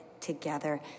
together